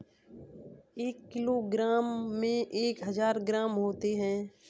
एक किलोग्राम में एक हजार ग्राम होते हैं